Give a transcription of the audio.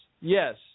Yes